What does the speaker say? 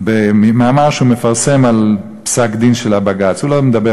במאמר שהוא מפרסם על פסק-הדין של הבג"ץ הוא לא מדבר